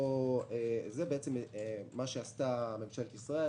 זה מה שעשתה ממשלת ישראל